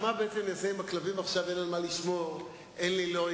אין לי מלה